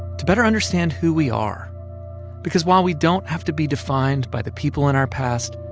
to better understand who we are because while we don't have to be defined by the people in our past,